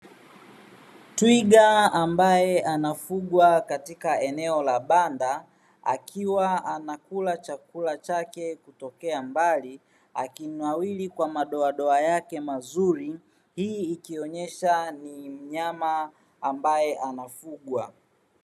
Twiga ambaye anafugwa katika eneo la banda akiwa anakula chakula chake kutokea mbali, akinawiri kwa madoadoa yake mazuri; hii ikionyesha ni mnyama ambaye anafugwa.